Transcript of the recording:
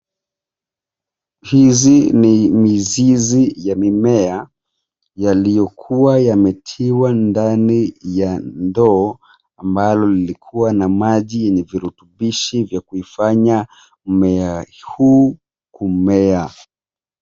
Hizi ni mizizi ya mimea yaliyokuwa yametiwa ndani ya ndoo ambalo lilikuwa na maji yenye virutubishi vya kuifanya mmea huu kumea.